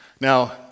Now